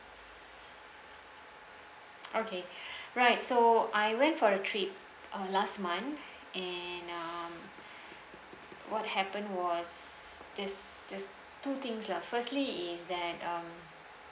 okay right so I went for a trip uh last month and um what happen was this this two things lah firstly is that um